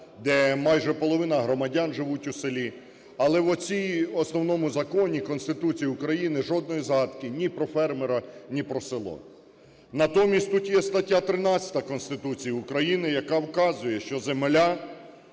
де майже половина громадян живуть у селі, але в цьому Основному Законі - Конституції України жодної згадки ні про фермера, ні про село. Натомість тут є стаття 13 Конституції України, яка вказує, що земля